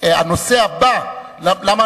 הנושא הבא, למה